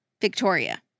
Victoria